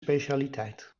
specialiteit